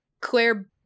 Claire